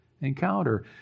encounter